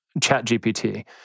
ChatGPT